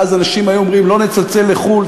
ואז אנשים היו אומרים: לא נצלצל לחו"ל,